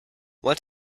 what